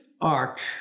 art